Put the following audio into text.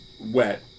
wet